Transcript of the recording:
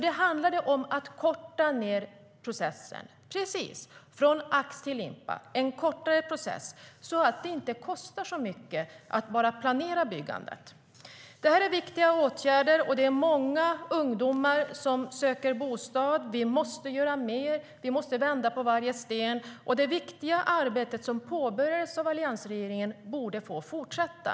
Det handlade om att korta ned processen från ax till limpa - en kortare process så att det inte kostar så mycket att bara planera byggandet. Detta är viktiga åtgärder. Det är många ungdomar som söker bostad. Vi måste göra mer. Vi måste vända på varje sten. Det viktiga arbetet, som påbörjades av alliansregeringen, borde få fortsätta.